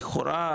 לכאורה,